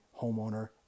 homeowner